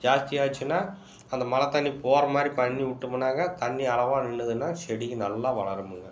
ஜாஸ்தி ஆச்சுன்னா அந்த மழை தண்ணி போகிற மாதிரி பண்ணி விட்டோமுன்னாங்க தண்ணி அளவாக நின்றுதுன்னா செடிகள் நல்லா வளருமுங்க